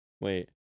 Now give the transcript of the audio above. wait